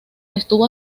estuvo